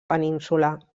península